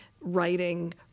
writing